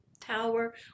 tower